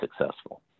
successful